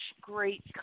great